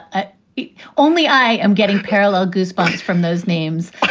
ah only i am getting parallel goosebumps from those names.